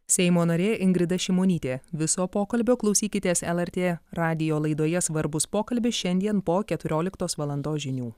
seimo narė ingrida šimonytė viso pokalbio klausykitės lrt radijo laidoje svarbus pokalbis šiandien po keturioliktos valandos žinių